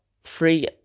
free